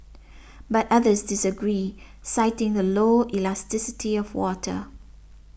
but others disagree citing the low elasticity of water